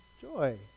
joy